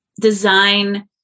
design